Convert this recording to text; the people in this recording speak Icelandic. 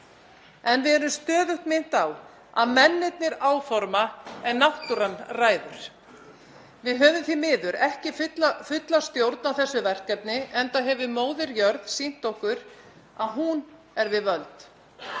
En við erum stöðugt minnt á að mennirnir áforma en náttúran ræður. Við höfum því miður ekki fulla stjórn á þessu verkefni enda hefur móðir jörð sýnt okkur að hún er við völd.